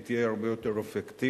היא תהיה הרבה יותר אפקטיבית,